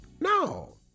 No